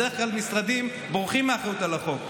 בדרך כלל, המשרדים בורחים מאחריות על החוק.